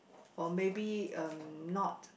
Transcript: or maybe um not